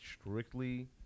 strictly